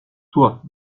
toi